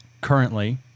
currently